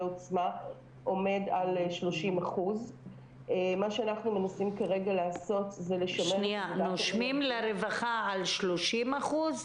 עוצמה עומד על 30%. "נושמים לרווחה" על 30%?